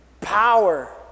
Power